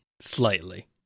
Slightly